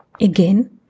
again